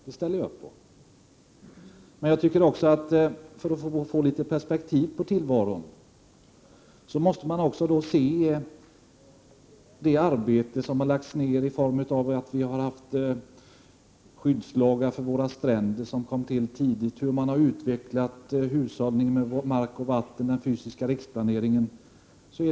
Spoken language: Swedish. Det ställer jag upp på. För att få litet perspektiv på tillvaron måste man också se på det arbete som lagts ned i form av skyddslagar för stränderna, som kom tidigt, utvecklingen av hushållning med mark och vatten, den fysiska riksplaneringen osv.